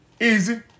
Easy